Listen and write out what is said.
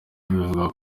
bivugwa